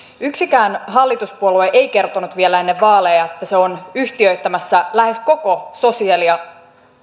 yksikään hallituspuolue ei kertonut vielä ennen vaaleja että on yhtiöittämässä lähes koko sosiaali ja